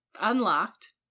unlocked